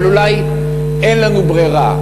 אבל אולי אין לנו ברירה.